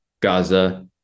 gaza